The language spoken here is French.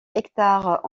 hectares